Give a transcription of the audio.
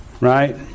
Right